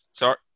Sorry